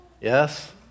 Yes